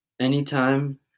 anytime